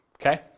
Okay